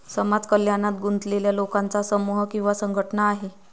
समाज कल्याणात गुंतलेल्या लोकांचा समूह किंवा संघटना आहे